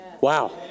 Wow